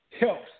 helps